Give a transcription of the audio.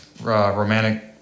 romantic